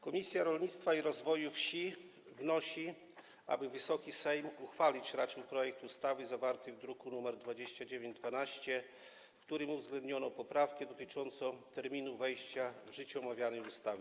Komisja Rolnictwa i Rozwoju Wsi wnosi, aby Wysoki Sejm raczył uchwalić projekt ustawy zawarty w druku nr 2912, w którym uwzględniono poprawkę dotyczącą terminu wejścia w życie omawianej ustawy.